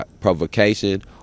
provocation